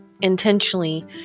intentionally